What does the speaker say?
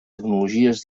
tecnologies